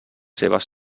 seves